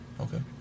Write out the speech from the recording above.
Okay